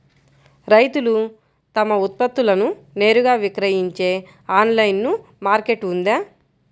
రైతులు తమ ఉత్పత్తులను నేరుగా విక్రయించే ఆన్లైను మార్కెట్ ఉందా?